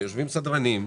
יושבים סדרנים,